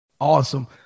Awesome